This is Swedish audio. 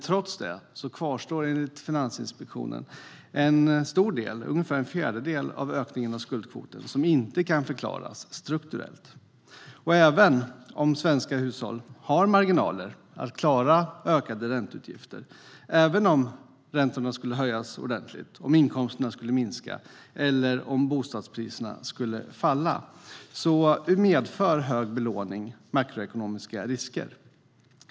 Trots detta kvarstår dock enligt Finansinspektionen en stor del, ungefär en fjärdedel av ökningen av skuldkvoten, som inte kan förklaras strukturellt. Och även om svenska hushåll har marginaler att klara ränteutgifter även om räntorna skulle höjas ordentligt, inkomsterna skulle minska eller bostadspriserna skulle falla medför hög belåning makroekonomiska risker.